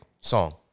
song